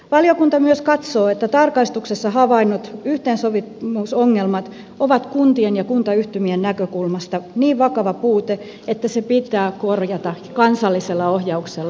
valiokunta myös katsoo että tarkastuksessa havaitut yhteensopivuusongelmat ovat kuntien ja kuntayhtymien näkökulmasta niin vakava puute että ne pitää korjata kansallisella ohjauksella